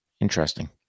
interesting